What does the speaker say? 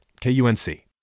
KUNC